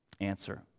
answer